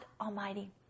Almighty